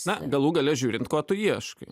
na galų gale žiūrint ko tu ieškai